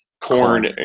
Corn